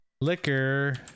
Liquor